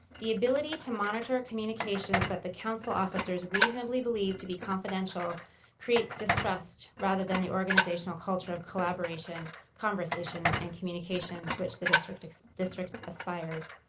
the ability to monitor communications that the council officers reasonably believe to be confidential creates distrust rather than the organizational culture of collaboration, conversation, and communication to which the district district aspires.